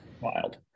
wild